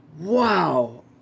Wow